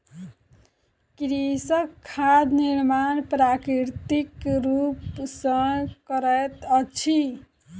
कृषक खाद निर्माण प्राकृतिक रूप सॅ करैत अछि